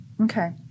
okay